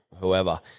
whoever